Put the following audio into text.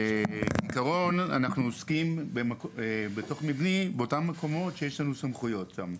בעיקרון אנחנו עוסקים בתוך מבני באותם מקומות בהם יש לנו סמכויות.